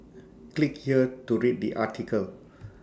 click here to read the article